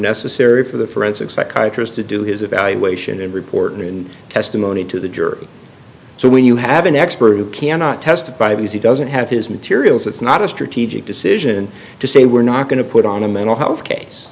necessary for the forensic psychiatrist to do his evaluation and report in testimony to the jury so when you have an expert who cannot testify because he doesn't have his materials it's not a strategic decision to say we're not going to put on a mental health case